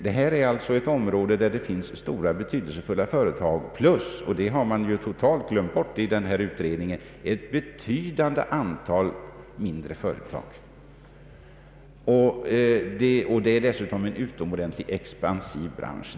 Det här är alltså ett område på vilket det finns stora och betydelsefulla företag plus, det har man totalt glömt bort i denna utredning, ett betydande antal mindre företag. Det gäller dessutom en utomordentligt expansiv bransch.